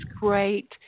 great